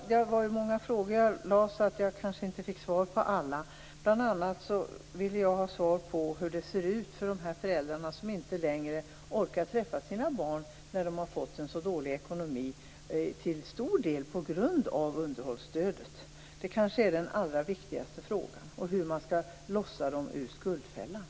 Herr talman! Jag fick kanske inte svar på alla mina frågor. Bl.a. undrade jag hur det ser ut för de föräldrar som inte längre orkar träffa sina barn när de har fått en så dålig ekonomi till stor del på grund av underhållsstödet. Det är kanske den allra viktigaste frågan. Hur skall man lossa dessa föräldrar ur skuldfällan?